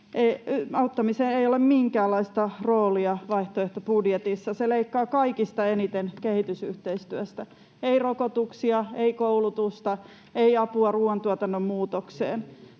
auttamisella ei ole minkäänlaista roolia vaihtoehtobudjetissa, ja tämä leikkaa kaikista eniten kehitysyhteistyöstä: ei rokotuksia, ei koulutusta, ei apua ruoantuotannon muutokseen.